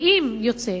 ואם יוצא